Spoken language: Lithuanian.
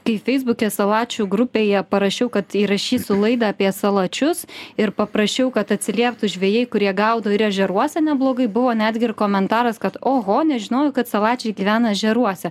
kai feisbuke salačių grupėje parašiau kad įrašysiu laidą apie salačius ir paprašiau kad atsilieptų žvejai kurie gaudo ir ežeruose neblogai buvo netgi ir komentaras kad oho nežinojau kad salačiai gyvena ežeruose